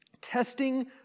Testing